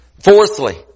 Fourthly